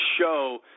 show